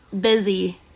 busy